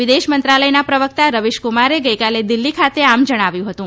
વિદેશ મંત્રાલયના પ્રવક્તા રવિશકુમારે ગઇકાલે દિલ્હી ખાતે આમ જણાવ્યું હતું